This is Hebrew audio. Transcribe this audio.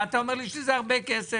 מה אתה אומר לי שזה הרבה כסף?